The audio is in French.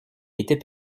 était